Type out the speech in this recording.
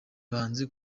bahanzi